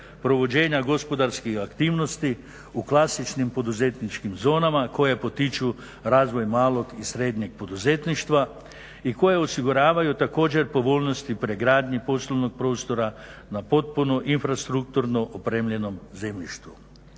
provođenja gospodarskih aktivnosti u klasičnim poduzetničkim zonama koje potiču razvoj malog i srednjeg poduzetništva i koje osiguravaju također povoljnosti pregradnje poslovnog prostora na potpuno infrastrukturnom opremljenom zemljištu.